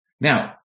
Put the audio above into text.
Now